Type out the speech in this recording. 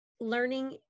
learning